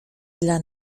dla